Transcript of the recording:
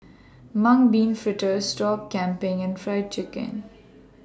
Mung Bean Fritters Sop Kambing and Fried Chicken